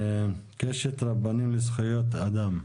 קשת רבנים לזכויות אדם.